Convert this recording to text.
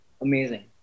Amazing